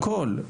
הכול,